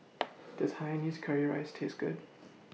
Does Hainanese Curry Rice Taste Good